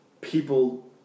people